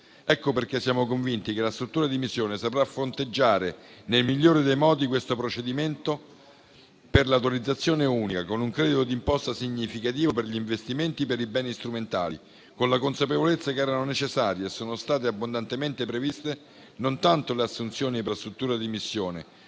Ecco perché siamo convinti che la struttura di missione saprà fronteggiare nel migliore dei modi questo procedimento per l'autorizzazione unica con un credito d'imposta significativo per gli investimenti per i beni strumentali, con la consapevolezza che erano necessarie e sono state abbondantemente previste le assunzioni per la struttura di missione